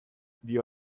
dio